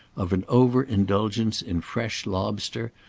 of an over-indulgence in fresh lobster,